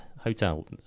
Hotel